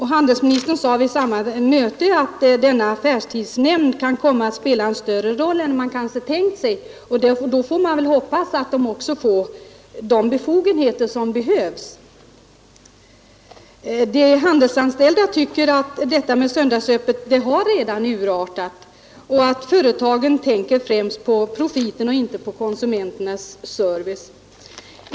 Handelsministern sade vid samma möte att denna affärstidsnämnd kan komma att spela en större roll än man kanske tänkt sig. Då får vi väl hoppas att den också erhåller de befogenheter som behövs. De handelsanställda tycker att detta med söndagsöppet redan har urartat och att företagen tänker främst på profiten och inte på konsumenternas service.